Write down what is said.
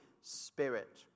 Spirit